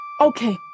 okay